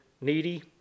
needy